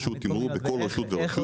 רשות תמרור בכל רשות ורשות.